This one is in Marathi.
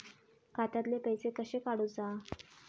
खात्यातले पैसे कशे काडूचा?